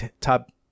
top